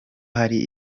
hari